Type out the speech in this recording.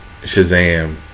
Shazam